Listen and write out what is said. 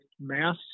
mass